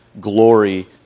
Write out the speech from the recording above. glory